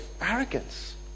arrogance